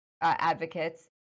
advocates